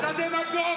אתה דמגוג.